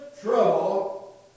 trouble